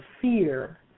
fear